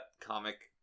comic